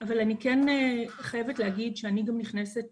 אבל אני כן חייבת להגיד שאני נכנסת גם